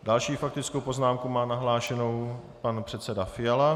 Další faktickou poznámku má nahlášenou pan předseda Fiala.